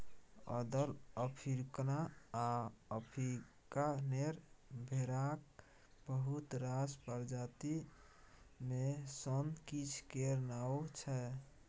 अदल, अफ्रीकाना आ अफ्रीकानेर भेराक बहुत रास प्रजाति मे सँ किछ केर नाओ छै